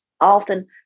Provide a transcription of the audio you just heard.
often